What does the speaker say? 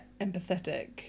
empathetic